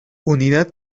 unidad